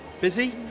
Busy